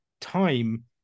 time